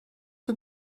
did